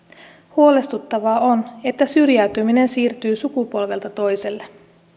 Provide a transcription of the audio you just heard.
huolestuttavaa on että syrjäytyminen siirtyy sukupolvelta toiselle